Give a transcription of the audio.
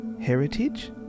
heritage